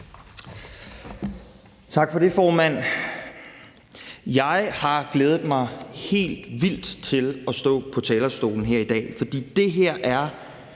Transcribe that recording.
Tak for det, formand. Jeg har glædet mig helt vildt til at stå på talerstolen her i dag, for det her er